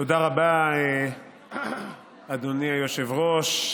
תודה רבה, אדוני היושב-ראש.